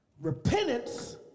Repentance